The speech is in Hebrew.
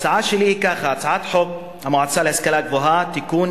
ההצעה שלי היא כך: הצעת חוק המועצה להשכלה גבוהה (תיקון,